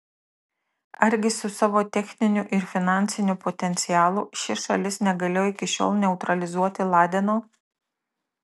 argi su savo techniniu ir finansiniu potencialu ši šalis negalėjo iki šiol neutralizuoti ladeno